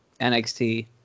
NXT